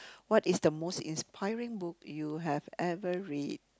what is the most inspiring book you have ever read